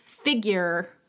figure